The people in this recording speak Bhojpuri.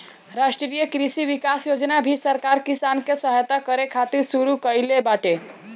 राष्ट्रीय कृषि विकास योजना भी सरकार किसान के सहायता करे खातिर शुरू कईले बाटे